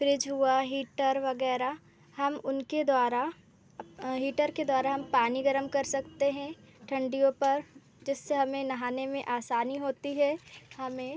fridge हुआ heater वग़ैरह हम उनके द्वारा हीटर के द्वारा हम पानी गर्म कर सकते हैं ठंडियों पर जिससे हमें नहाने में आसानी होती है हमें